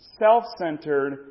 self-centered